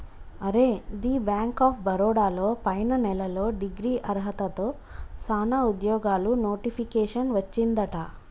అరే the bank of Baroda లో పైన నెలలో డిగ్రీ అర్హతతో సానా ఉద్యోగాలు నోటిఫికేషన్ వచ్చిందట